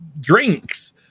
drinks